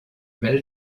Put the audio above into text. well